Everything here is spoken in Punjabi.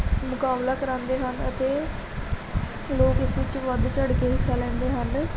ਮੁਕਾਬਲਾ ਕਰਾਉਂਦੇ ਹਨ ਅਤੇ ਲੋਕ ਇਸ ਵਿੱਚ ਵੱਧ ਚੜ੍ਹ ਕੇ ਹਿੱਸਾ ਲੈਂਦੇ ਹਨ